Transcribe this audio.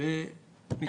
ויתקיים דיון שוב.